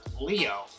Leo